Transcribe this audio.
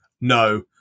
no